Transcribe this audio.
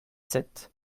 sept